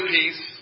peace